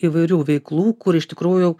įvairių veiklų kur iš tikrųjų